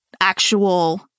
actual